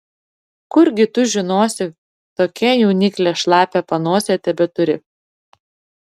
kurgi tu žinosi tokia jauniklė šlapią panosę tebeturi